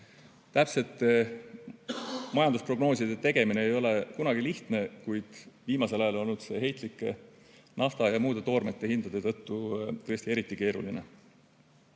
Täpsete majandusprognooside tegemine ei ole kunagi lihtne, kuid viimasel ajal on see heitlike nafta ja muude toormete hindade tõttu tõesti eriti keeruline